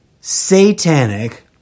satanic